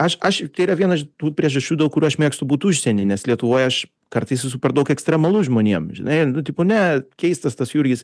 aš aš tai yra viena iš tų priežasčių dėl kurių aš mėgstu būt užsieny nes lietuvoj aš kartais esu per daug ekstremalus žmonėm žinai nu tipo ne keistas tas jurgis